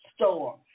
store